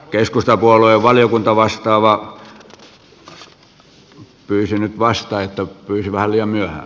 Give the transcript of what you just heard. keskustapuolueen valiokuntavastaava pyysi nyt vasta pyysi vähän liian myöhään